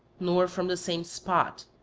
nor from the same spot